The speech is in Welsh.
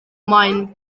maen